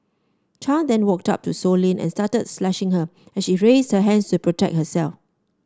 Chan then walked up to Sow Lin and started slashing her as she raised her hands to protect herself